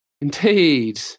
Indeed